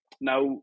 Now